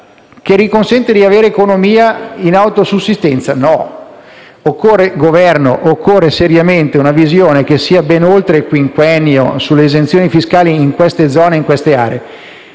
che consenta di riavere economia in autosussistenza? No. Lo dico al Governo: occorre seriamente una visione che vada ben oltre il quinquennio sulle esenzioni fiscali in queste zone e in queste aree.